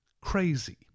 crazy